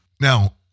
Now